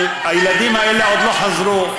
אבל הילדים האלה עוד לא חזרו.